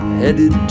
headed